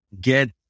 get